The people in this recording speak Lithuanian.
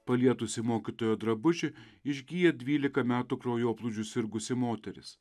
palietusi mokytojo drabužį išgyja dvylika metų kraujoplūdžiu sirgusi moteris